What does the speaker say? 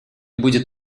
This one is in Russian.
будет